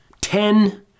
Ten